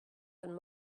and